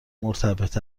مرتبط